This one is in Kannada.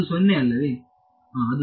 ವಿದ್ಯಾರ್ಥಿ ಅದು 0 ಅಲ್ಲವೆ